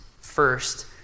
first